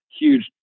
Huge